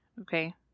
Okay